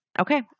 Okay